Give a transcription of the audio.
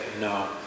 no